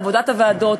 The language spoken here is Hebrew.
בעבודת הוועדות,